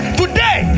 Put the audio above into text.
today